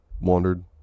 wandered